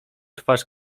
twarz